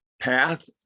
path